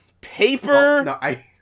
Paper